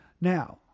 now